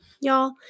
y'all